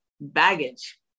baggage